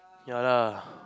ya lah